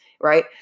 right